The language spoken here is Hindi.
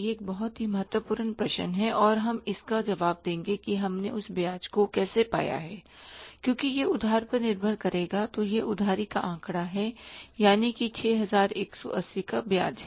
यह एक बहुत ही महत्वपूर्ण प्रश्न है और हम इसका जवाब देंगे कि हमने उस ब्याज को कैसे पाया है क्योंकि यह उधार पर निर्भर करेगा तो यह उधारी का आंकड़ा है यानी कि 6180 का ब्याज है